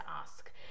ask